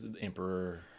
Emperor